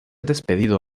despedido